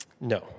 No